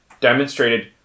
demonstrated